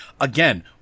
Again